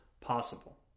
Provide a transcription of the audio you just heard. possible